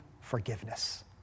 forgiveness